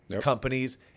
companies